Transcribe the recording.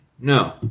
No